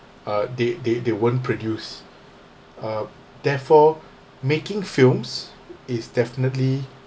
uh they they they weren't produced uh therefore making films is definitely